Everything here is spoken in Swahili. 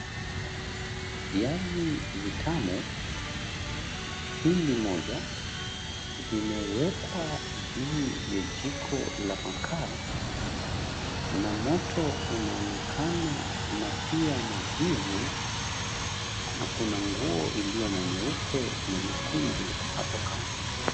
Viazi vitamu, hindi moja vimewekwa juu ya jiko la makaa, na moto unaonekana na pia majivu. Na kuna nguo iliyo na nyeupe na nyekundu hapo kando.